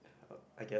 I guess